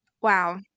Wow